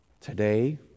Today